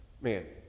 man